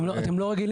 אני מדבר